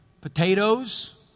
Potatoes